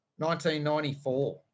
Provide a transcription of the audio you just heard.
1994